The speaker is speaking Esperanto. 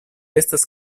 estas